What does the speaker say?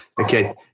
Okay